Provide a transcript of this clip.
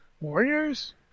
Warriors